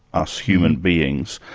us human beings,